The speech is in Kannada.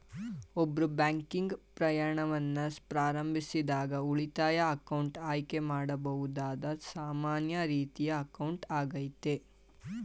ಒಬ್ರು ಬ್ಯಾಂಕಿಂಗ್ ಪ್ರಯಾಣವನ್ನ ಪ್ರಾರಂಭಿಸಿದಾಗ ಉಳಿತಾಯ ಅಕೌಂಟ್ ಆಯ್ಕೆ ಮಾಡಬಹುದಾದ ಸಾಮಾನ್ಯ ರೀತಿಯ ಅಕೌಂಟ್ ಆಗೈತೆ